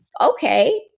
Okay